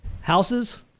houses